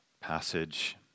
passage